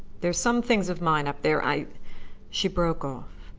there are some things of mine up there. i she broke off.